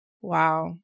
Wow